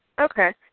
Okay